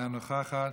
אינה נוכחת,